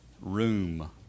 room